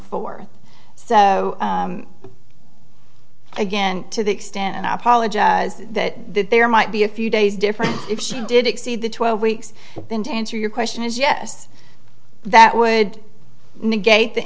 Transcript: fourth so again to the extent and i apologize that there might be a few days difference if she did exceed the twelve weeks then to answer your question is yes that would negate the